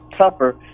tougher